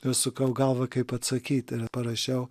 ir sukau galvą kaip atsakyti ir parašiau